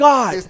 God